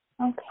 Okay